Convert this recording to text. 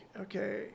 okay